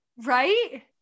Right